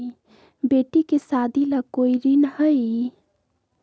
बेटी के सादी ला कोई ऋण हई?